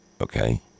okay